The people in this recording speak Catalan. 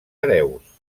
hereus